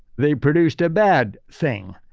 they produced a bad thing.